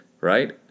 right